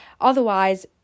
otherwise